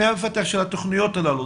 מי המפתח של התוכניות הללו?